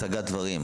את מציגה נתונים,